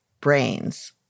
brains